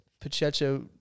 Pacheco